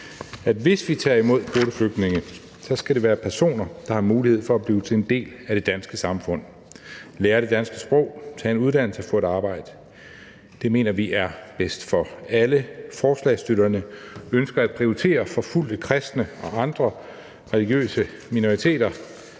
hvis vi tager imod kvoteflygtninge, skal det være personer, der har mulighed for at blive en del af det danske samfund, lære det danske sprog, tage en uddannelse, få et arbejde. Det mener vi er bedst for alle. Forslagsstillerne ønsker at prioritere forfulgte kristne og andre religiøse minoriteter.